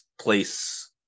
place